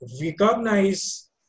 recognize